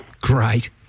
Great